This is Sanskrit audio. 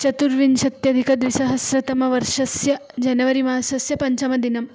चतुर्विंशत्यधिक द्विसहस्रतमवर्षस्य जनवरि मासस्य पञ्चमदिनम्